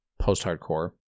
post-hardcore